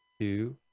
two